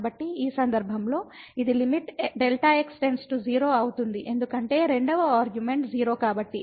కాబట్టి ఈ సందర్భంలో ఇది Δ x 0 అవుతుంది ఎందుకంటే రెండవ ఆర్గ్యుమెంట్ 0 కాబట్టి